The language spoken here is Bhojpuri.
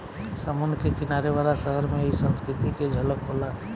समुंद्र के किनारे वाला शहर में इ संस्कृति के झलक होला